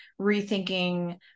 rethinking